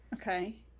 Okay